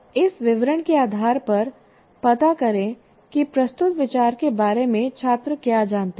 इस विवरण के आधार पर पता करें कि प्रस्तुत विचार के बारे में छात्र क्या जानते हैं